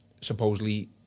Supposedly